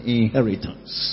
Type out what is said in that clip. inheritance